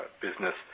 business